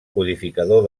codificador